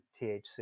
THC